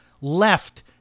left